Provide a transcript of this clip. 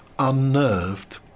Unnerved